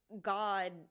God